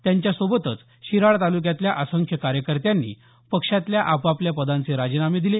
त्यांच्या सोबतच शिराळा तालुक्यातल्या असंख्य कार्यकर्त्यांनी पक्षातल्या आपापल्या पदांचे राजीनामे दिले